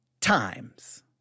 times